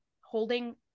holding